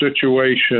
situation